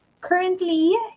Currently